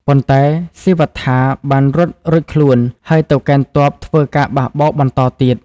ប៉ុន្តែ ស៊ីវត្ថាបានរត់រួចខ្លួន ហើយទៅកេណ្ឌទ័ពធ្វើការបះបោរបន្តទៀត។